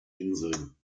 inseln